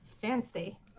fancy